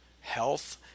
health